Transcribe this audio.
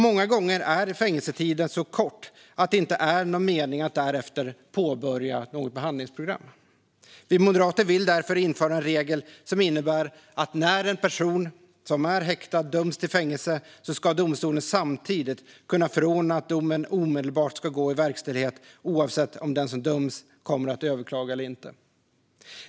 Många gånger är fängelsetiden dessutom så kort att det inte är någon mening med att därefter påbörja något behandlingsprogram. Vi moderater vill därför införa en regel som innebär att när en person som är häktad döms till fängelse ska domstolen samtidigt kunna förordna att domen omedelbart ska gå i verkställighet oavsett om den som döms kommer att överklaga eller inte.